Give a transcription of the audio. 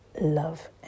love